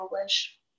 English